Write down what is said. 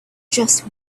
just